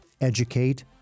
educate